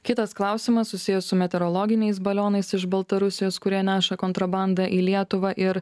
kitas klausimas susijęs su meteorologiniais balionais iš baltarusijos kurie neša kontrabandą į lietuvą ir